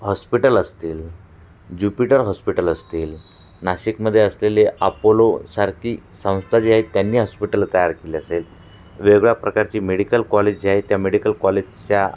hospital असतील Jupiter hospital असतील नाशिकमध्ये असलेले अपोलो सारखी संस्था जी आहेत त्यांनी हॉस्पिटलं तयार केली असेल वेगळ्या प्रकारची मेडिकल कॉलेज जे आहे त्या मेडिकल कॉलेजच्या